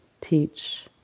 teach